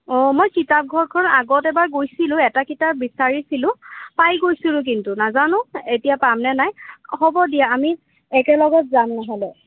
মই কিতাপ ঘৰখন আগত এবাৰ গৈছিলোঁ এটা কিতাপ বিচাৰিছিলোঁ পাই গৈছিলোঁ কিন্তু নাজানো এতিয়া পাম নে নাই হ'ব দিয়া আমি একেলগে যাম নহ'লে